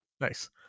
Nice